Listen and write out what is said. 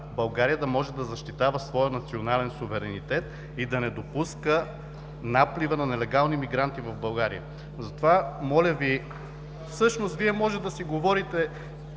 България да може да защитава своя национален суверенитет и да не допуска наплива на нелегални мигранти в България. Вие може да си говорите